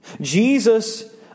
Jesus